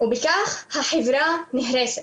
בכך החברה נהרסת.